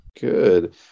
Good